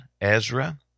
Ezra